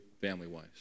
family-wise